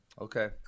Okay